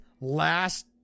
Last